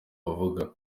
bavuga